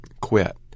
quit